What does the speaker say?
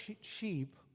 sheep